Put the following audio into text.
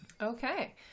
Okay